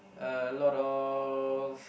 a lot of